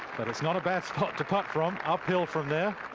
but it's not a bad from up hill from there.